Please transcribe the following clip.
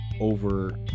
over